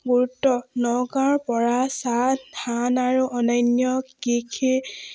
গুৰুত্ব নগাঁৱৰ পৰা ধান আৰু অন্যান্য কৃষি